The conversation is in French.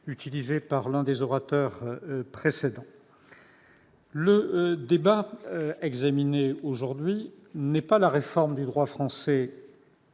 utilisée par l'un des orateurs précédents. Ce que nous examinons aujourd'hui, ce n'est pas la réforme du droit français